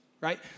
right